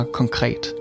konkret